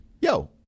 Yo